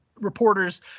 reporters